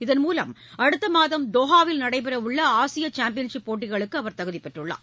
இதன்மூவம் அடுத்தமாதம் தோஹாவில் நடைபெறவுள்ள ஆசியசாம்பியன்ஷிப் போட்டிகளுக்குஅவர் தகுதிபெற்றுள்ளார்